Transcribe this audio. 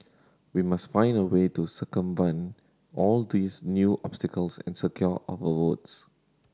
we must find a way to circumvent all these new obstacles and secure our votes